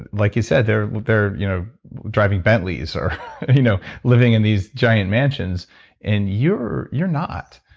like you said, they're they're you know driving bentley's or you know living in these giant mansions and you're you're not.